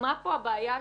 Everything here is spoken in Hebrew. מה פה הבעיה השורשית.